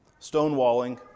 stonewalling